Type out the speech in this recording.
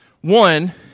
One